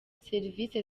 serivisi